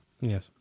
Yes